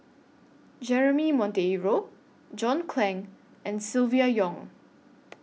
Jeremy Monteiro John Clang and Silvia Yong